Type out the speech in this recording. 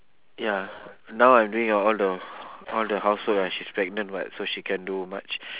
ya now I'm doing ya all the all the house work ah she's pregnant [what] so she can't do much